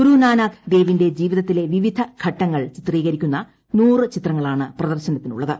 ഗുരുനാനക് ദേവിന്റെ ജീവിതത്തിലെ വിവിധ ഘട്ടങ്ങൾ ചിത്രീകരിക്കുന്ന നൂറു ചിത്രങ്ങളാണ് പ്രദർശനത്തിനുള്ളത്